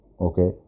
okay